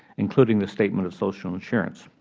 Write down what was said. including the statement of social insurance.